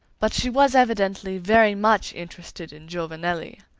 but she was evidently very much interested in giovanelli.